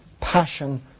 passion